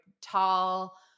tall